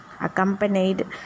accompanied